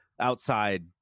outside